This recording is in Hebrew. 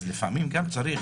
אז לפעמים גם צריך